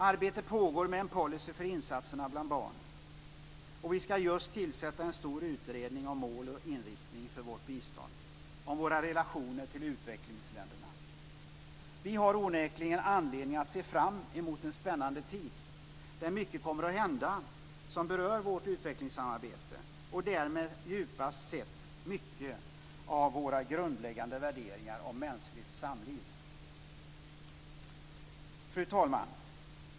Arbete pågår med en policy för insatserna bland barnen. Och vi ska just tillsätta en stor utredning om mål och inriktning för vårt bistånd och om våra relationer till utvecklingsländerna. Vi har onekligen anledning att se fram emot en spännande tid, där mycket kommer att hända som berör vårt utvecklingssamarbete och därmed djupast sett mycket av våra grundläggande värderingar om mänskligt samliv. Fru talman!